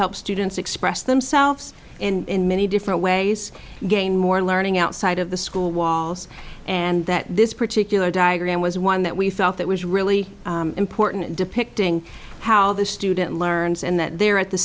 helps students express themselves and many different ways game or learning outside of the school walls and that this particular diagram was one that we thought that was really important depicting how the student learns and that they're at the